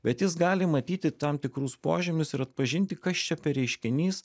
bet jis gali matyti tam tikrus požymius ir atpažinti kas čia per reiškinys